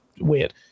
weird